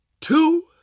two